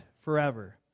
forever